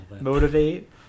motivate